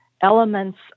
elements